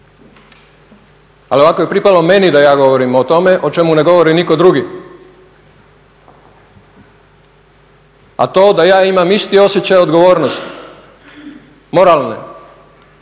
Ali ovako je pripalo meni da ja govorim o tome o čemu ne govori nitko drugi. A to da ja imam isti osjećaj odgovornosti moralno,